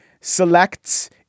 selects